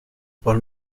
por